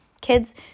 Kids